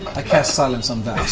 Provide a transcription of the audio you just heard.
cast silence on vax.